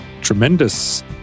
tremendous